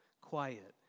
quiet